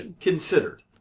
considered